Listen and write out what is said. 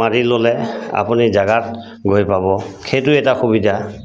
মাৰি ল'লে আপুনি জেগাত গৈ পাব সেইটো এটা সুবিধা